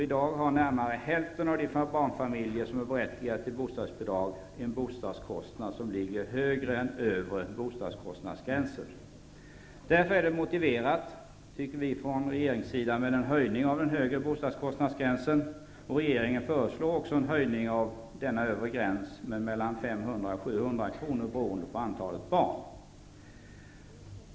I dag har närmare hälften av de barnfamiljer som är berättigade till bostadsbidrag en bostadskostnad som är högre än övre bostadskostnadsgränsen. Därför är det motiverat, tycker vi från regeringens sida, med en höjning av den högre bostadskostnadsgränsen, varför regeringen också föreslår en höjning av den övre gränsen med mellan 500 och 700 kr. beroende på antalet barn.